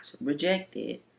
rejected